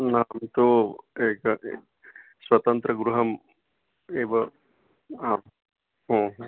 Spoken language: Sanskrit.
नाहं तु एकं स्वतन्त्रगृहम् एव आं